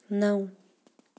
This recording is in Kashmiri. نَو